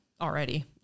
already